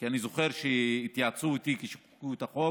כי אני זוכר שהתייעצו איתי כשחוקקו את החוק